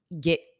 get